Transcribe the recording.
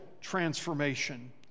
transformation